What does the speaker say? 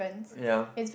ya